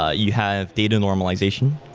ah you have data normalization.